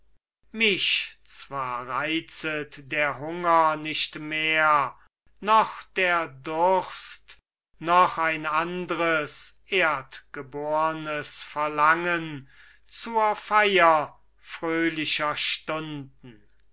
mich zwar reizet der hunger nicht mehr noch der durst noch ein anders erdegebornes verlangen zur feier fröhlicher stunden